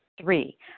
Three